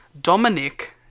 Dominic